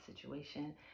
situation